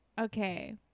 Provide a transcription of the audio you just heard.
Okay